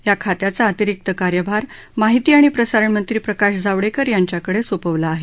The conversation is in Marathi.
या खात्याचा अतिरिक्त कार्यभार माहिती आणि प्रसारणमंत्री प्रकाश जावडेकर यांच्याकडे सोपवला आहे